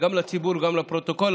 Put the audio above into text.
גם לציבור וגם לפרוטוקול,